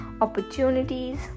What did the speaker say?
opportunities